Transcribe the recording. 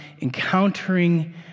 encountering